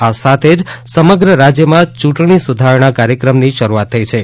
આ સાથે જ સમગ્ર રાજ્યમાં ચૂંટણી સુધારણા કાર્યક્રમની શરૂઆત થઇ છે